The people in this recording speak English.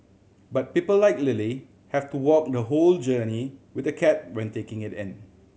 but people like Lily have to walk the whole journey with the cat when taking it in